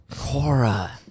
Cora